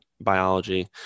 biology